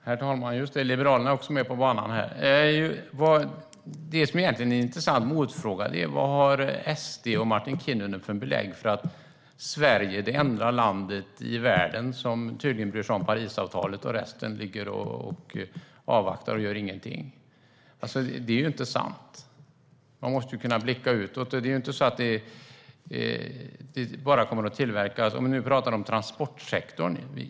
Herr talman! Det som egentligen är en intressant motfråga är: Vad har SD och Martin Kinnunen för belägg för att Sverige är det enda land i världen som bryr sig om Parisavtalet och att resten avvaktar och inte gör någonting? Det är inte sant. Man måste kunna blicka utåt. Vi pratar nu om transportsektorn.